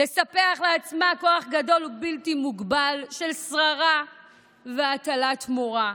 לספח לעצמה כוח גדול ובלתי מוגבל של שררה והטלת מורא.